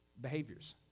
behaviors